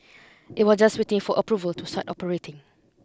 it was just waiting for approval to start operating